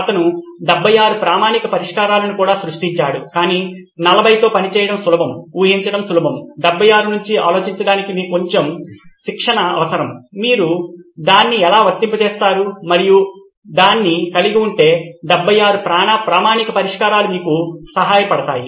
అతను 76 ప్రామాణిక పరిష్కారాలను కూడా సృష్టించాడు కానీ 40తో పని చేయడం సులభం ఊహించటం సులభం 76 గురించి ఆలోచించడానికి మీకు కొంచెం శిక్షణ అవసరం మీరు దాన్ని ఎలా వర్తింపజేస్తారు మరియు మీరు దాన్ని కలిగి ఉంటే 76 ప్రామాణిక పరిష్కారాలు మీకు సహాయపడతాయి